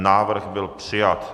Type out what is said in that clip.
Návrh byl přijat.